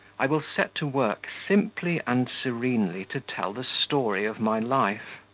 i will set to work simply and serenely to tell the story of my life.